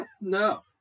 no